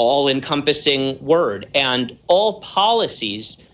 all encompassing word and all policies